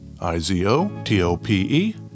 I-Z-O-T-O-P-E